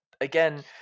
again